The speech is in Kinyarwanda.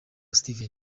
steven